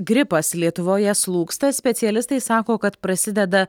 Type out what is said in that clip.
gripas lietuvoje slūgsta specialistai sako kad prasideda